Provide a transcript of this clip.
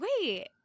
wait